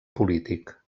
polític